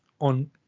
on